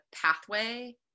pathway